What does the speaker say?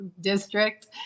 district